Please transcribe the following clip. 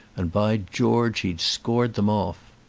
and by george he'd scored them off.